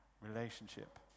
Relationship